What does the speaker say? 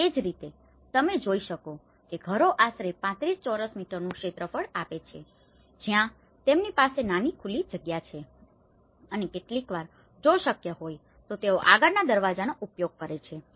અને તે જ રીતે તમે જોઈ શકો છો કે ઘરો આશરે 35 ચોરસ મીટરનુ ક્ષેત્રફળ આપે છે જ્યાં તેમની પાસે નાની ખુલ્લી જગ્યા હોય છે અને કેટલીકવાર જો શક્ય હોઈ તો તેઓ આગળના દરવાજાઓનો ઉપયોગ કરે છે